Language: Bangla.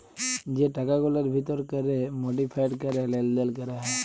যে টাকাগুলার ভিতর ক্যরে মডিফায়েড ক্যরে লেলদেল ক্যরা হ্যয়